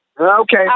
Okay